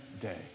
day